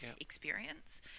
experience